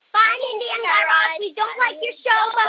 bye, mindy and guy raz. we don't like your show. ah